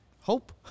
hope